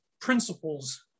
principles